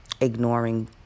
ignoring